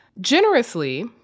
Generously